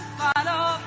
follow